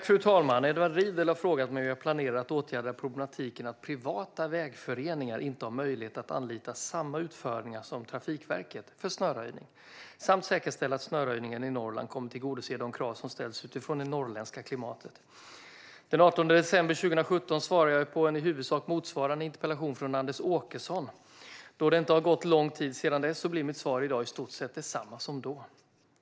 Fru talman! Edward Riedl har frågat mig hur jag planerar att åtgärda problematiken att privata vägföreningar inte har möjlighet att anlita samma utförare som Trafikverket för snöröjning samt att säkerställa att snöröjningen i Norrland kommer att tillgodose de krav som ställs utifrån det norrländska klimatet. Den 18 december 2017 svarade jag på en i huvudsak motsvarande interpellation från Anders Åkesson. Då det inte har gått lång tid sedan dess blir mitt svar i dag i stort sett detsamma som då.